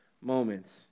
moments